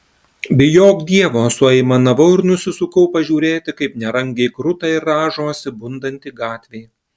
bijok dievo suaimanavau ir nusisukau pažiūrėti kaip nerangiai kruta ir rąžosi bundanti gatvė